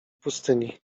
pustyni